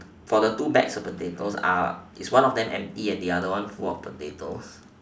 for the two bags of potatoes are is one of them empty and the other one full of potatoes